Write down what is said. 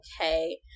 okay